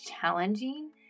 challenging